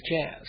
jazz